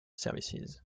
services